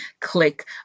click